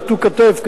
יטו כתף,